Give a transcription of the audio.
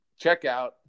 checkout